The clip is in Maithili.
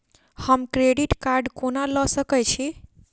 हम क्रेडिट कार्ड कोना लऽ सकै छी?